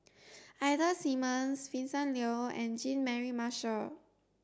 Ida Simmons Vincent Leow and Jean Mary Marshall